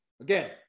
Again